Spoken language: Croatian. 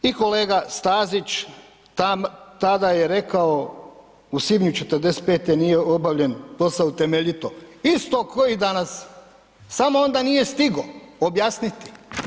I kolega Stazić tada je rekao u svibnju '45. nije obavljen posao temeljito, isto ko i danas, samo onda nije stigao objasniti.